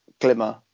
glimmer